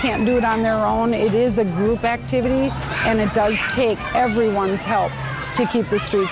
can do it on their own it is a group activity and it does take everyone's help to keep the street